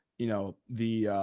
you know, the,